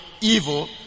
evil